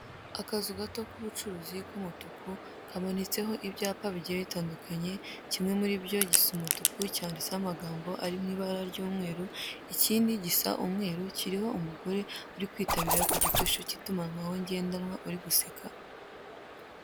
Akazu gato k'ubucuruzi k'umutuku, kamanitseho ibyapa bigiye bitandukanye, kimwe muri byo gisa umutuku, cyanditseho amagambo ari mu ibara ry'umweru, ikindi gisa umweru, kiriho umugore uri kwitabira ku gikoresho cy'itumanaho ngendanwa uri guseka.